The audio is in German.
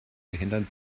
behindern